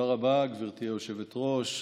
תודה רבה, גברתי היושבת-ראש.